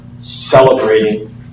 celebrating